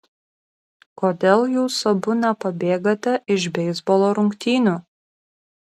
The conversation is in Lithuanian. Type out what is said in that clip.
kodėl jūs abu nepabėgate iš beisbolo rungtynių